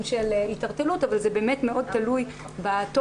של התערטלות אבל זה באמת מאוד תלוי בתוכן.